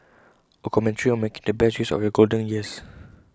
A commentary on making the best use of your golden years